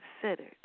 considered